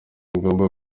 ngombwa